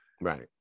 Right